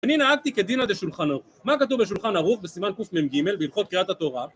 אני נהגתי כדינה דה שולחן ערוך, מה כתוב בשולחן ערוך בסימן קמ"ג בהלכות קריאת התורה